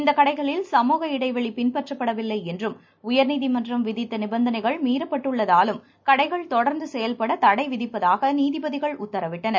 இந்த கடைகளில் சமூக இடைவெளி பின்பற்றப்படவில்லை என்றும் உயர்நீதிமன்றம் விதித்த நிபந்தனைகள் மீறப்பட்டுள்ளதாலும் கடைகள் தொடர்ந்து செயல்பட தடை விதிப்பதாக நீதிபதிகள் உத்தரவிட்டனர்